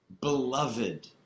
Beloved